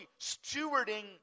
stewarding